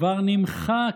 כבר נמחק.